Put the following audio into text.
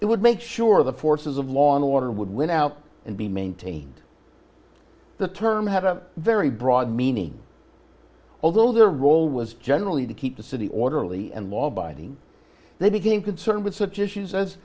it would make sure the forces of law and order would win out and be maintained the term had a very broad meaning although their role was generally to keep the city orderly and law abiding they became concerned with such issues as